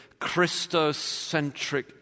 Christocentric